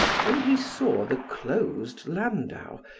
when he saw the closed landau,